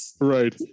right